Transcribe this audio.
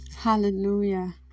hallelujah